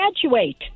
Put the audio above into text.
graduate